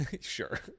sure